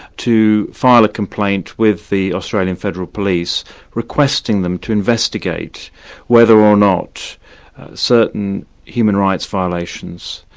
to file a complaint with the australian federal police requesting them to investigate whether or not certain human rights violations,